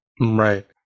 Right